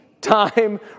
time